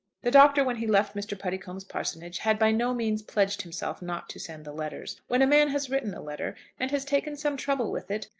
the doctor when he left mr. puddicombe's parsonage had by no means pledged himself not to send the letters. when a man has written a letter, and has taken some trouble with it,